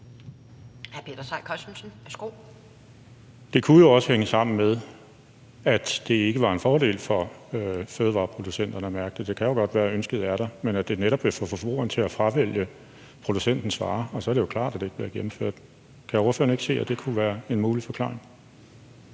Det kunne jo også hænge sammen med, at det ikke var en fordel for fødevareproducenterne at mærke det. Det kan jo godt være, at ønsket er der, men at det netop ville få forbrugerne til at fravælge producentens varer. Så er det jo klart, at det ikke bliver gennemført. Kan ordføreren ikke se, at det kunne være en mulig forklaring?